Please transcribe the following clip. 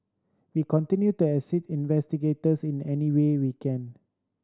we continue to assist investigators in any way we can